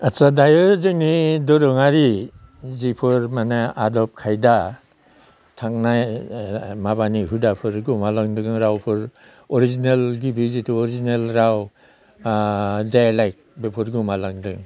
आदसा दायो जोंनि दोरोङारि जिफोर माने आदब खायदा थांनाय माबानि हुदाफोर गोमालांदों रावफोर अरिजिनेल गिबि जिथु अरिजिनेल राव डाइलेक्ट बेफोर गोमालांदों